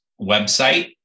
website